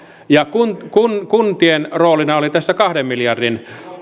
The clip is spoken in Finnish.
kuntien roolina oli tästä kahden miljardin